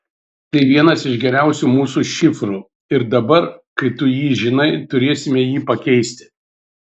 tai vienas iš geriausių mūsų šifrų ir dabar kai tu jį žinai turėsime jį pakeisti